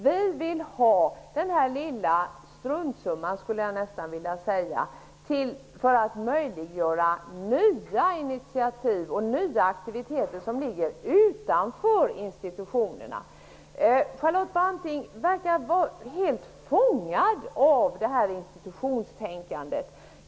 Vi vill ha den lilla struntsumman -- skulle jag nästan vilja säga -- för att möjliggöra nya initiativ och nya aktiviteter utanför institutionerna. Charlotte Branting verkar vara helt fångad av institutionstänkandet.